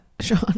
Sean